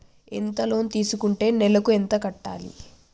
ఎంత లోన్ తీసుకుంటే నెలకు ఎంత కట్టాలి?